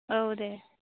औ दे